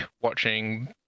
watching